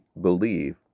believe